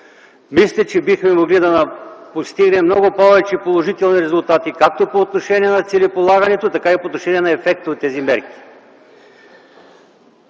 мисля, че бихме могли да постигнем повече положителни резултати както по отношение на целеполагането, така и по отношение на ефекта от тези мерки.